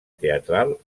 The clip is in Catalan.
teatral